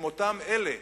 הם אותם אלה